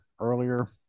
earlier